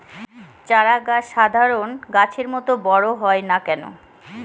চারা গাছ সাধারণ গাছের মত বড় হয় না কেনো?